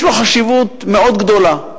יש לו חשיבות מאוד גדולה,